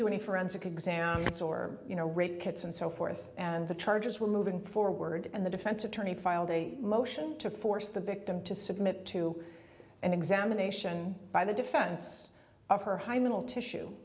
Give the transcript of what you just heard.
do any forensic exam that's or you know rape kits and so forth and the charges were moving forward and the defense attorney filed a motion to force the victim to submit to an examination by the defense of her high level tissue